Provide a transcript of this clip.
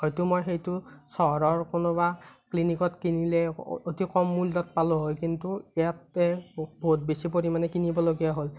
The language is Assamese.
হয়তু মই সেইটো চহৰৰ কোনোবা ক্লিনিকত কিনিলে অতি কম মূল্যত পালোঁ হয় কিন্তু ইয়াতে বহুত বেছি পৰিমাণে কিনিবলগীয়া হ'ল